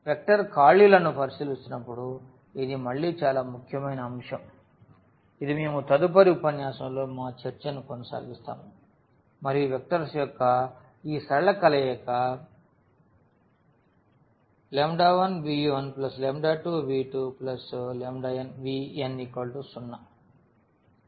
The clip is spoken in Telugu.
వెక్టర్ ఖాళీలను పరిశీలిస్తున్నప్పుడు ఇది మళ్ళీ చాలా ముఖ్యమైన అంశం ఇది మేము తదుపరి ఉపన్యాసంలో మా చర్చను కొనసాగిస్తాము మరియు వెక్టర్స్ యొక్క ఈ సరళ కలయిక l1v12v2 nvn 0